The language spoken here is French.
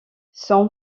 son